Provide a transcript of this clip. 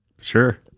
Sure